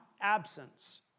absence